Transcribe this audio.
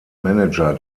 manager